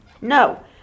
No